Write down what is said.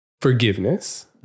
forgiveness